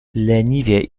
leniwie